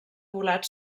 volat